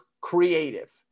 creative